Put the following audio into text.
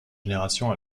génération